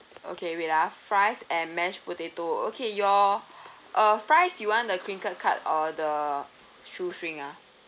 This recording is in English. okay wait ah fries and mash potato okay your uh fries you want the crinkled cut or the shoe string ah